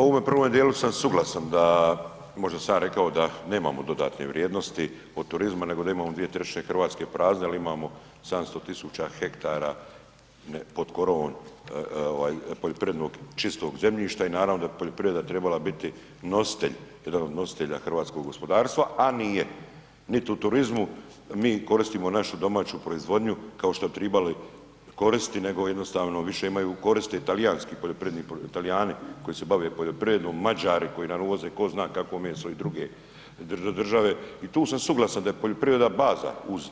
U ovome prvome djelu sam suglasan da možda sam ja rekao da nemamo dodatne vrijednosti od turizma nego da imamo 2/3 Hrvatske prazne ali imamo 700 000 ha pod korovom poljoprivrednog čistog zemljišta i naravno da poljoprivreda bi trebala biti nositelj, jedan od nositelja hrvatskog gospodarstva a nije, niti u turizmu, mi ne koristimo našu domaću proizvodnju kao što bi je trebali koristiti nego jednostavno više imaju koristi talijanski, Talijani koji se bave poljoprivredom, Mađari koji nam uvoze ko zna kakvo meso i dr. države i tu sam suglasan da je poljoprivreda baza uz